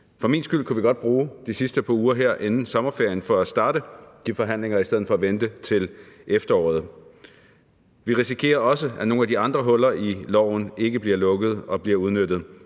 For min skyld kunne vi godt bruge de sidste par uger her inden sommerferien på at starte de forhandlinger i stedet for at vente til efteråret. Vi risikerer også, at nogle af de andre huller i loven ikke bliver lukket, og at de bliver udnyttet.